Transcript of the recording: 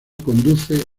conduce